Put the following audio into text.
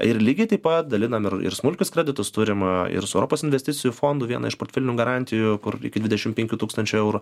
ir lygiai taip pat dalinam ir ir smulkius kreditus turim ir su europos investicijų fondu vieną iš portfelinių garantijų kur iki dvidešim penkių tūkstančių eurų